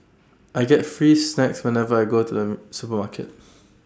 I get free snacks whenever I go to the supermarket